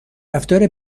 رفتار